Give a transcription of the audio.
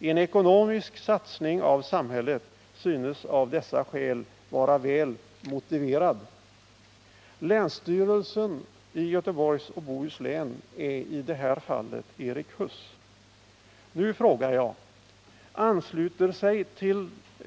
En ekonomisk satsning av samhället synes av dessa skäl vara motiverad.” Länsstyrelsen i Göteborgs och Bohus län är i det här fallet Erik Huss. Nu frågar jag: Ansluter sig